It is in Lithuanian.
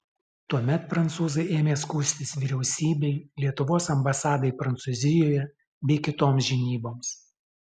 tuomet prancūzai ėmė skųstis vyriausybei lietuvos ambasadai prancūzijoje bei kitoms žinyboms